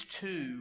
two